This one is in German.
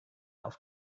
auf